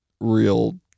real